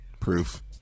Proof